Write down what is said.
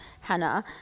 Hannah